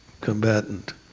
combatant